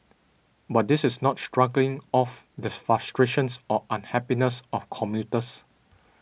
but this is not struggling off the frustrations or unhappiness of commuters